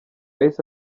yahise